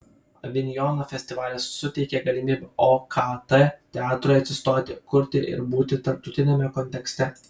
avinjono festivalis suteikė galimybę okt teatrui atsistoti kurti ir būti tarptautiniame kontekste